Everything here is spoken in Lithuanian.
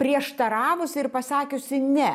prieštaravusi ir pasakiusi ne